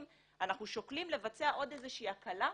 אנחנו שוקלים לבצע עוד איזו שהיא הקלה,